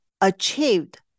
achieved